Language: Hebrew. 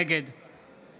נגד